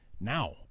now